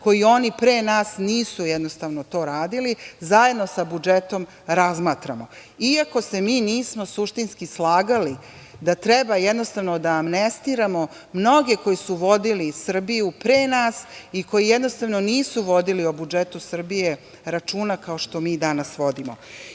koje oni pre nas nisu to radili, zajedno sa budžetom razmatramo, iako se mi nismo suštinski slagali da treba jednostavno da amnestiramo mnoge koji su vodili Srbiju pre nas i koji jednostavno nisu vodili o budžetu Srbije računa kao što mi danas vodimo. Danas